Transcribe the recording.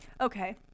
Okay